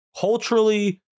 culturally